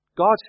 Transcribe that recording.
God